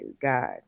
God